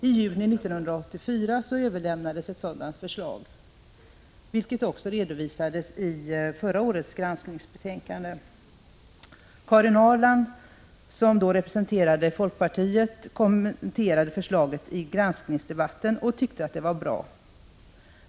I juni 1984 överlämnades ett sådant förslag, vilket också redovisades i förra årets granskningsbetänkande. Karin Ahrland, som då företrädde folkpartiet i granskningsdebatten, kommenterade förslaget och tyckte att det var bra.